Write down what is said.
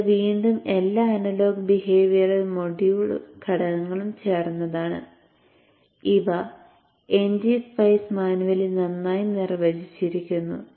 ഇത് വീണ്ടും എല്ലാ അനലോഗ് ബിഹേവിയറൽ മൊഡ്യൂൾ ഘടകങ്ങളും ചേർന്നതാണ് ഇവ ngSpice മാനുവലിൽ നന്നായി നിർവചിച്ചിരിക്കുന്നു